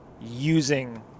using